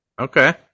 Okay